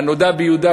"הנודע ביהודה",